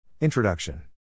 Introduction